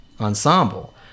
ensemble